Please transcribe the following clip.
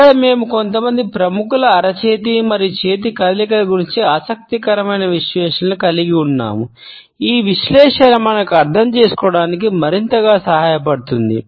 ఇక్కడ మేము కొంతమంది ప్రముఖుల అరచేతి మరియు చేతి కదలికల గురించి ఆసక్తికరమైన విశ్లేషణను కలిగి ఉన్నాము ఈ విశ్లేషణ మనకు అర్థం చేసుకోవడానికి మరింత సహాయపడుతుంది